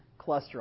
cholesterol